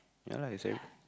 ya lah is